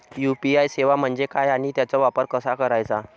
UPI सेवा म्हणजे काय आणि त्याचा वापर कसा करायचा?